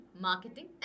marketing